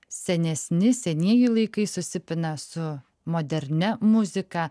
senesni senieji laikai susipina su modernia muzika